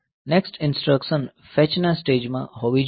next instruction ફેચના સ્ટેજમાં હોવી જોઈએ